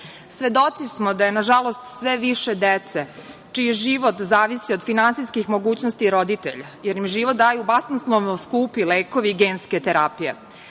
smo da je nažalost sve više dece čiji život zavisi od finansijskih mogućnosti roditelja, jer im život daju basnoslovno skupi lekovi genske terapije.